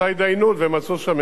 להזיז טיפה את הצומת.